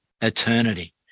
eternity